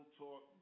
talk